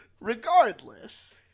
regardless